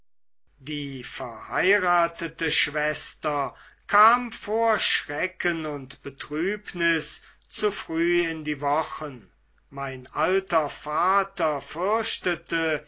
die verheiratete schwester kam vor schrecken und betrübnis zu früh in die wochen mein alter vater